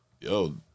Yo